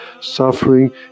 suffering